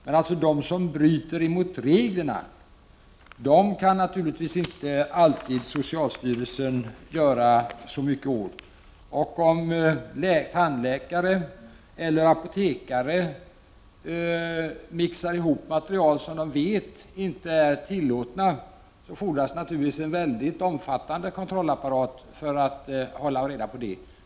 Men socialstyrelsen kan naturligtvis inte alltid göra så mycket åt dem som bryter mot reglerna. Om tandläkare eller apotekare mixar ihop material som de vet inte är tillåtna, fordras det naturligtvis en omfattande kontrollapparat för att hålla reda på det.